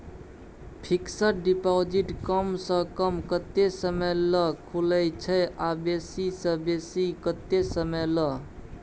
Fixed deposit कम स कम कत्ते समय ल खुले छै आ बेसी स बेसी केत्ते समय ल?